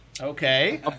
Okay